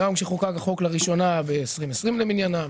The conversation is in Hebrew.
גם כשחוקק החוק לראשונה ב-2020 למניינם,